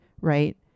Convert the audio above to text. right